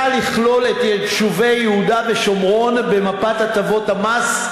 לכלול את יישובי יהודה ושומרון במפת הטבות המס,